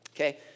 Okay